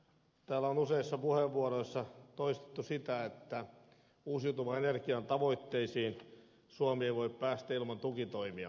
täällä on useissa puheenvuoroissa toistettu sitä että uusiutuvan energian tavoitteisiin suomi ei voi päästä ilman tukitoimia